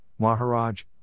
Maharaj